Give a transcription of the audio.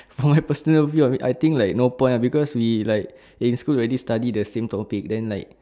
for my personal view I think like no point ah because we like in school already study the same topic then like